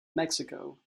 mexico